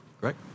Great